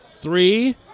Three